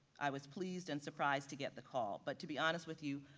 i was pleased and surprised to get the call, but to be honest with you,